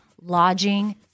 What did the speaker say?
lodging